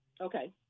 okay